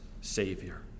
Savior